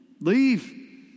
Leave